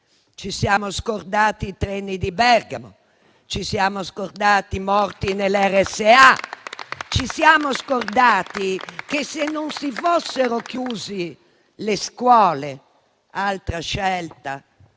Ci siamo scordati i treni di Bergamo, ci siamo scordati i morti nelle RSA, ci siamo scordati che, se non si fossero chiuse le scuole (altra scelta